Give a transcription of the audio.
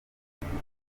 intego